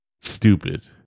Stupid